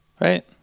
Right